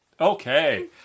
Okay